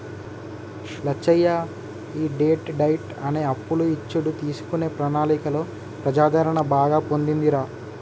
లచ్చయ్య ఈ debt diet అనే అప్పులు ఇచ్చుడు తీసుకునే ప్రణాళికలో ప్రజాదరణ బాగా పొందిందిరా